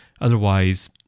Otherwise